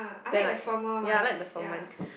then like ya like the foam one too